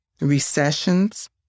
recessions